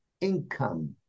income